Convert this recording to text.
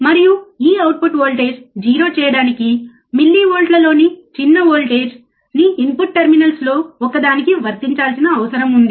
మరియు ఈ output voltage 0 చేయడానికి మిల్లివోల్ట్లలోని చిన్న వోల్టేజ్ నీ ఇన్పుట్ టెర్మినల్స్లో ఒకదానికి వర్తించాల్సిన అవసరం ఉంది